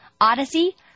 Odyssey